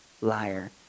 liar